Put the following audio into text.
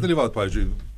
dalyvaut pavyzdžiui